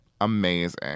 amazing